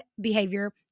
behavior